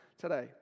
today